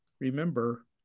remember